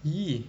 !ee!